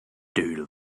doodle